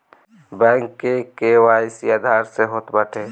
bank KYC Aadhaar से होत बाटे